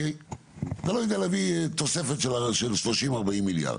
אתה לא יודע להביא תוספת של 30 או 40 מיליארד,